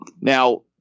Now